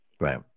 right